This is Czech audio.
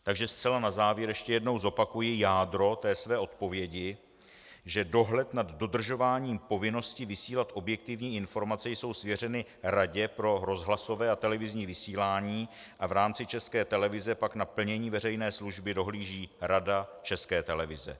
Takže zcela na závěr ještě jednou zopakuji jádro své odpovědi, že dohled nad dodržováním povinnosti vysílat objektivní informace je svěřen Radě pro rozhlasové a televizní vysílání a v rámci České televize pak na plnění veřejné služby dohlíží Rada České televize.